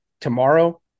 tomorrow